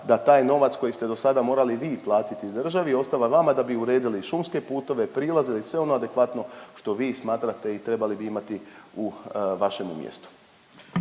da taj novac koji ste do sada morali vi platiti državi, ostala vama da bi uredili šumske putove, prilaze i sve ono adekvatno što vi smatrate i trebali bi imati u vašemu mjestu.